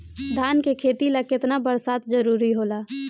धान के खेती ला केतना बरसात जरूरी होला?